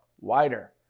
Wider